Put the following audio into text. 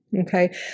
Okay